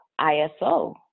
ISO